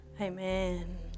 Amen